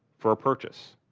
for a purchase?